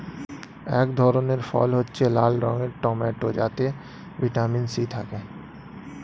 এক ধরনের ফল হচ্ছে লাল রঙের টমেটো যাতে ভিটামিন সি থাকে